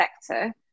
sector